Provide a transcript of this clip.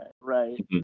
right